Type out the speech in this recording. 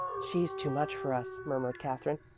she's too much for us, murmured katherine.